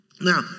Now